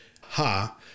Ha